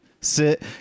sit